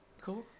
Cool